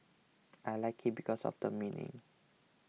I like it because of the meaning